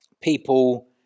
people